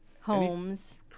homes